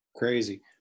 Crazy